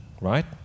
right